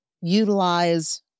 utilize